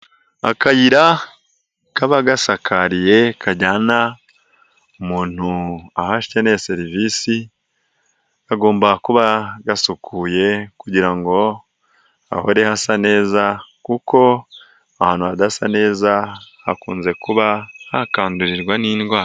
Akayira kaba gasakariye kajyana umuntu aho akeneye serivisi kagomba kuba gasukuye kugira ngo hahore hasa neza kuko ahantu hadasa neza hakunze kuba hakandurirwa n'indwara.